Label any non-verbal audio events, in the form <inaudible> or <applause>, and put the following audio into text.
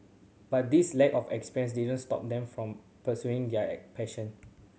but this lack of experience didn't stop them from pursuing their <unintelligible> passion